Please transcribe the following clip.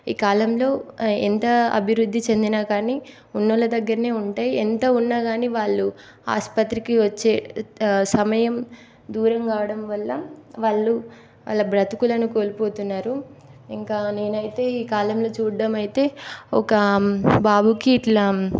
ఈ కాలంలో ఎంత అభివృద్ధి చెందినా కానీ ఉన్న వాళ్ళ దగ్గరనే ఉంటాయి ఎంత ఉన్నాకానీ వాళ్ళు ఆసుపత్రికి వచ్చే సమయం దూరం కావడం వల్ల వాళ్ళు వాళ్ళ బ్రతుకులను కోల్పోతున్నారు ఇంకా నేనైతే ఈ కాలంలో చూడడం అయితే ఒక బాబుకి ఇట్లా